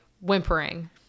whimpering